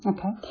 Okay